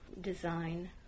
design